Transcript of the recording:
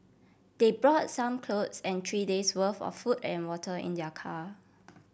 they brought some clothes and three days' worth of food and water in their car